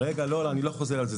אני לא חוזר על זה,